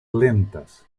lentas